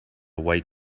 white